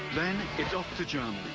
then, it's off to germany.